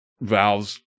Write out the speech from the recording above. Valve's